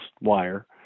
wire